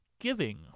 giving